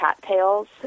cattails